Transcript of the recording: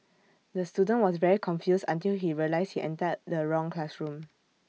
the student was very confused until he realised he entered the wrong classroom